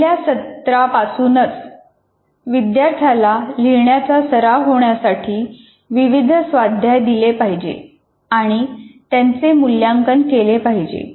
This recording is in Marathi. पहिल्या सत्रापासूनच विद्यार्थ्याला लिहिण्याचा सराव होण्यासाठी विविध स्वाध्याय दिले पाहिजेत आणि त्यांचे मूल्यांकन केले पाहिजे